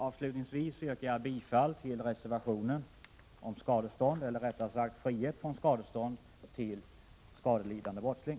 Avslutningsvis yrkar jag bifall till reservationen om skadestånd, eller rättare sagt frihet från skadestånd, till skadelidande brottsling.